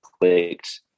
clicked